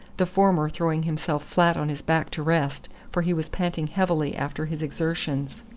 the former throwing himself flat on his back to rest, for he was panting heavily after his exertions.